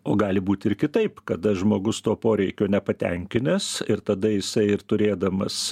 o gali būti ir kitaip kada žmogus to poreikio nepatenkinęs ir tada jisai ir turėdamas